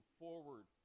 forward